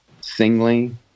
singly